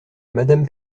madame